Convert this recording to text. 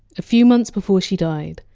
a few months before she died,